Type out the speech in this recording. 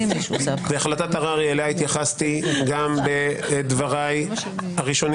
והחלטת הררי שאליה התייחסתי גם בדבריי הראשונים